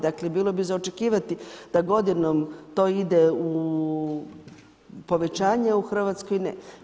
Dakle bilo bi za očekivati da godinom to ide u povećanje, a u Hrvatskoj ne.